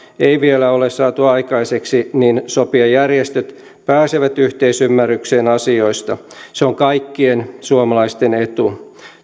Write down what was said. ei vielä ole saatu aikaiseksi niin sopijajärjestöt pääsevät yhteisymmärrykseen asioista se on kaikkien suomalaisten etu